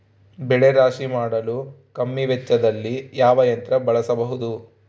ಬೆಳೆ ರಾಶಿ ಮಾಡಲು ಕಮ್ಮಿ ವೆಚ್ಚದಲ್ಲಿ ಯಾವ ಯಂತ್ರ ಬಳಸಬಹುದು?